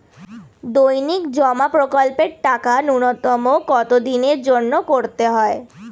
দৈনিক জমা প্রকল্পের টাকা নূন্যতম কত দিনের জন্য করতে হয়?